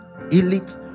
elite